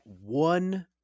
one